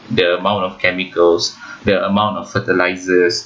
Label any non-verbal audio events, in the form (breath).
the amount of chemicals (breath) the amount of fertilisers